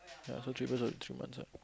so three person three months ah